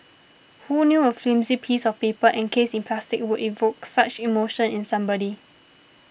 who knew a flimsy piece of paper encased in plastic will evoke such emotion in somebody